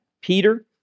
Peter